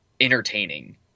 entertaining